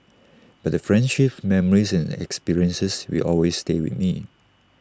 but the friendships memories and experiences will always stay with me